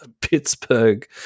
Pittsburgh